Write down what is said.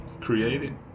created